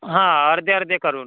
हा अर्धे अर्धे करून